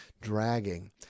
dragging